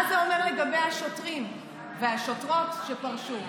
מה זה אומר לגבי השוטרים והשוטרות שפרשו?